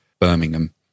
Birmingham